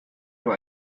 nur